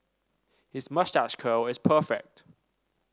his moustache curl is perfect